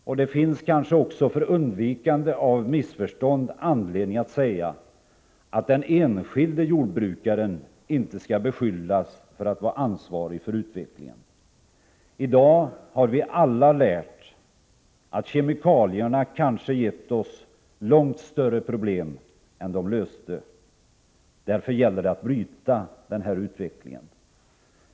Och det finns kanske, för undvikande av missförstånd, anledning att säga att den enskilde jordbrukaren inte kan beskyllas för att vara ansvarig för utvecklingen. I dag har vi alla lärt att kemikalierna kanske gett oss långt större problem än de löste. Därför gäller det att bryta utvecklingen.